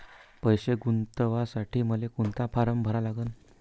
पैसे गुंतवासाठी मले कोंता फारम भरा लागन?